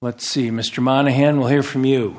let's see mr monahan we'll hear from you